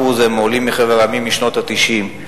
הם עולים מחבר המדינות משנות ה-90,